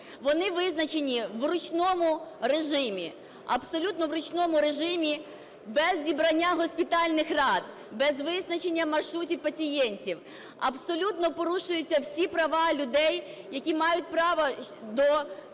вони визначені в ручному режимі, абсолютно в ручному режимі, без зібрання госпітальних рад, без визначення маршрутів пацієнтів. Абсолютно порушуються всі права людей, які мають право доступу